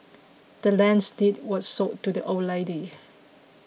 the land's deed was sold to the old lady